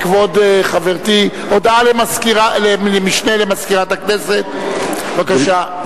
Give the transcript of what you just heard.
הודעה למשנה למזכירת הכנסת, בבקשה.